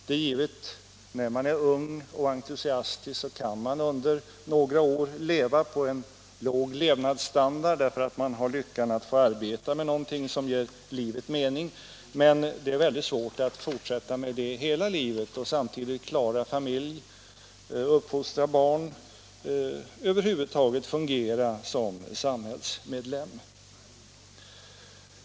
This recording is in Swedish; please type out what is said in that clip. Det är givet att man när man är ung och entusiastisk under några år kan leva på en låg standard, därför att man har lyckats att få arbeta med något som ger livet mening, men det är väldigt svårt att fortsätta med det hela livet och samtidigt klara familj, uppfostra barn och över huvud taget fungera som samhällsmedlem.